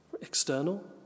External